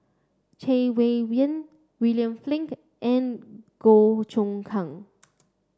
Chay Weng Yew William Flint and Goh Choon Kang